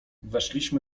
weszliśmy